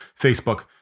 Facebook